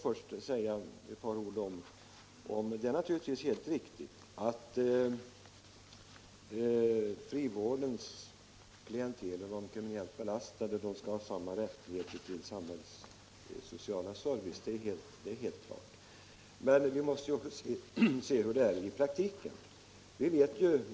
Först vill jag emellertid säga att det naturligtvis är helt riktigt att frivårdens klientel, de kriminellt belastade, skall ha samma rättigheter till samhällets sociala service som övriga medborgare, men vi måste också se hur det är i praktiken.